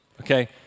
okay